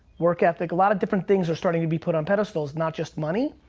work ethic, a lot of different things are starting to be put on pedestals. not just money,